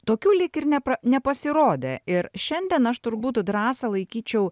tokių lyg ir nepra nepasirodė ir šiandien aš turbūt drąsą laikyčiau